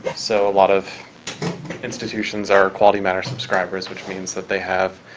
so a lot of institutions are quality matter subscribers, which means that they have